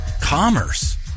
commerce